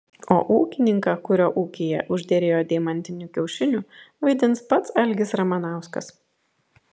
o ūkininką kurio ūkyje užderėjo deimantinių kiaušinių vaidins pats algis ramanauskas